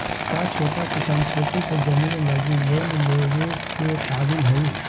का छोटा किसान खेती के जमीन लगी लोन लेवे के काबिल हई?